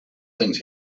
things